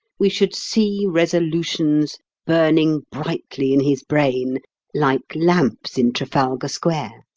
we should see resolutions burning brightly in his brain like lamps in trafalgar square.